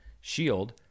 SHIELD